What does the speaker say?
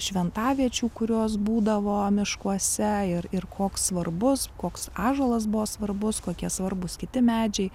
šventaviečių kurios būdavo miškuose ir ir koks svarbus koks ąžuolas buvo svarbus kokie svarbūs kiti medžiai